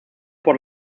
por